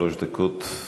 שלוש דקות לרשותך.